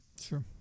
Sure